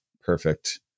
perfect